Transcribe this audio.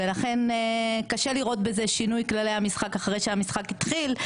ולכן קשה לראות בזה שינוי כללי המשחק אחרי שהמשחק התחיל,